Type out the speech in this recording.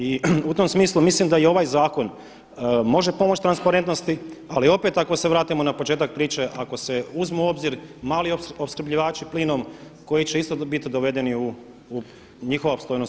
I u tom smislu mislim da i ovaj zakon može pomoći transparentnosti, ali opet ako se vratimo na početak priče, ako se uzmu u obzir mali opskrbljivači plinom koji će isto biti dovedeni u njihova je opstojnost